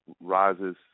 rises